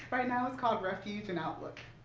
right now, it's called refuge and outlook.